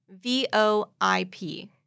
VOIP